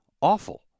awful